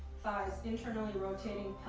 thighs internally rotating,